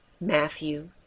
Matthew